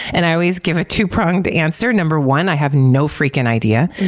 and i always give a two-pronged answer. number one i have no freakin' idea.